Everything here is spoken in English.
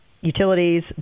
utilities